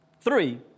Three